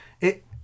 It-